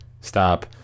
stop